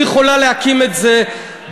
היא יכולה להקים אותו בטקסס,